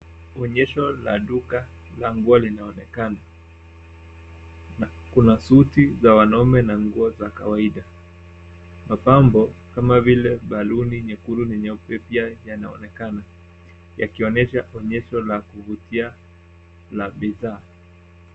Onyesho la duka la nguo linaonekana. Kuna suti za wanaume na nguo za kawaida. Mapambo kama vile baluni nyekundu na nyeupe pia yanaonekana yakionyesha onyesho la kuvutia la bidhaa.